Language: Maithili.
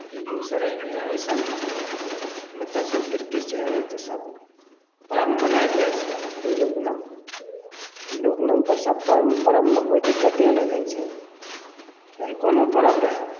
बेगूसरायमे अइसन मतलब समपिरकी छै जे सब परब मनाएल जाइ छै हिन्दू कुलमे हिन्दू कुलमे सब परबमे कोइ दिक्कते नहि रहै छै चाहे कोनो परब रहै